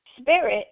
Spirit